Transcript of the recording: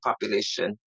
population